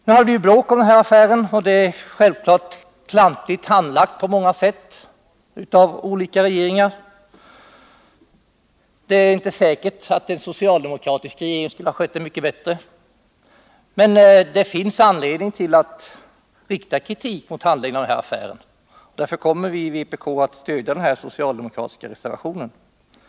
Det har nu blivit bråk om den affär som kammaren f. n. behandlar, och den är självfallet klantigt handlagd, på olika sätt av olika regeringar — och det är inte säkert att en socialdemokratisk regering skulle ha skött den mycket bättre. Men det finns under alla förhållanden anledning att rikta kritik mot handläggningen av denna affär, och därför kommer vi i vpk att stödja den socialdemokratiska reservationen beträffande detta avsnitt.